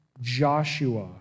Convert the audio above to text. Joshua